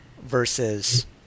versus